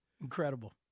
Incredible